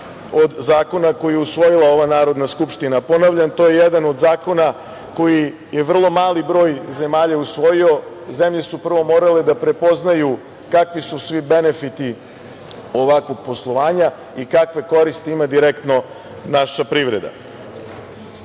od zakona koji je usvojila ova Narodna skupština. Ponavljam to je jedan od zakona koji je vrlo mali broj zemalja usvojio. Zemlje su prvo morale da prepoznaju kakvi su svi benefiti ovakvog poslovanja i kakve koristi ima direktno naša privreda. Kažem